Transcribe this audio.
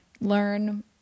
learn